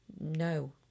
No